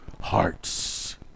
hearts